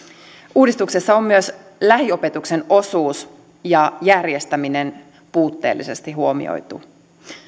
uudistuksessa on myös lähiopetuksen osuus ja järjestäminen puutteellisesti huomioitu